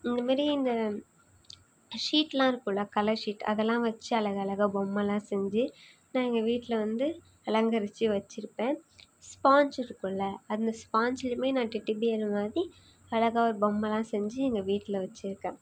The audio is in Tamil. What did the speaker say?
இந்த மாரி இந்த ஷீடெலாம் இருக்கில கலர் ஷீட் அதெல்லாம் வச்சு அழகழகாக பொம்மெலாம் செஞ்சு நான் எங்கள் வீட்டில் வந்து அலங்கரித்து வச்சுருப்பேன் ஸ்பான்ஞ்ச் இருக்கில்ல அந்த ஸ்பான்ஞ்ச்சுலேயுமே நான் டெட்டி பியர் மாதிரி அழகாக ஒரு பொம்மெலாம் செஞ்சு எங்கள் வீட்டில் வச்சுருக்கேன்